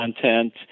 content